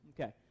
Okay